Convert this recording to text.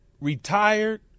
retired